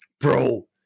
Bro